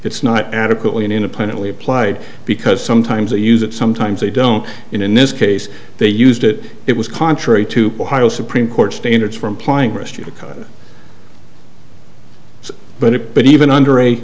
it's not adequately an independently applied because sometimes they use it sometimes they don't and in this case they used it it was contrary to pile supreme court standards for implying rescue to cut the budget but even under a